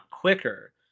quicker